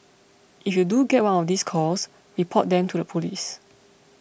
if you do get one of these calls report them to the police